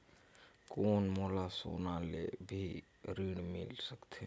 कौन मोला सोना ले भी ऋण मिल सकथे?